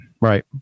Right